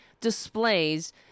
displays